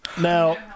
Now